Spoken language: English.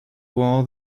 war